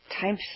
time